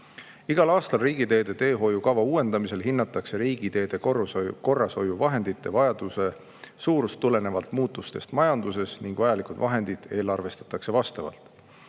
Igal aastal riigiteede teehoiukava uuendamisel hinnatakse riigiteede korrashoiu vahendite vajaduse suurust tulenevalt muutustest majanduses ning vajalikud vahendid eelarvestatakse vastavalt.